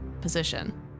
position